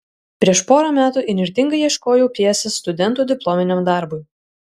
prieš porą metų įnirtingai ieškojau pjesės studentų diplominiam darbui